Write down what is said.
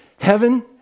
heaven